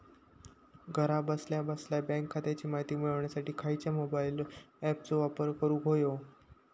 घरा बसल्या बसल्या बँक खात्याची माहिती मिळाच्यासाठी खायच्या मोबाईल ॲपाचो वापर करूक होयो?